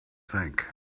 think